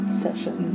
session